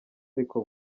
ariko